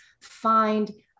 find